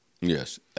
Yes